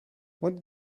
what